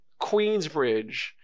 Queensbridge